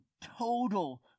total